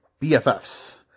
BFFs